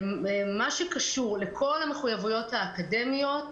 במה שקשור לכל המחויבויות האקדמיות,